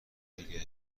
دیگه